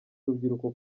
urubyiruko